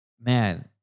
man